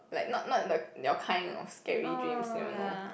like not not the your kind of scary dreams you know